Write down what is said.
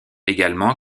également